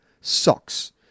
socks